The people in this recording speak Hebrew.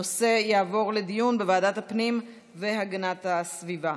הנושא יעבור לדיון בוועדת הפנים והגנת הסביבה.